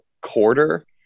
quarter